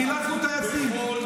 חילצנו טייסים,